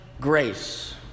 grace